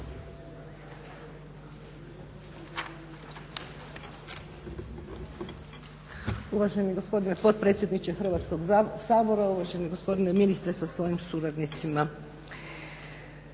Uvaženi gospodine potpredsjedniče Hrvatskog sabora, uvaženi gospodine ministre sa svojim suradnicima.